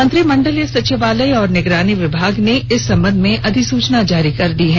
मंत्रिमंडल सचिवालय और निगरानी विभाग ने इस संबंध में अधिसुचना जारी कर दी है